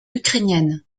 ukrainienne